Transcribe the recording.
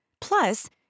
Plus